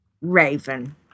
Raven